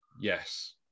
Yes